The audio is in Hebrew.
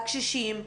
לקשישים,